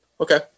Okay